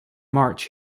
march